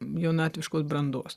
jaunatviškos brandos